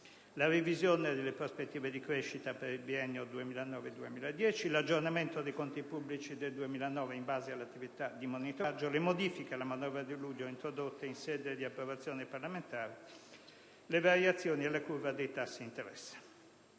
la revisione delle prospettive di crescita per il biennio 2009-2010; l'aggiornamento dei conti pubblici del 2009 in base alle attività di monitoraggio; le modifiche alla manovra di luglio introdotte in sede di approvazione parlamentare; le variazioni alla curva dei tassi di interesse.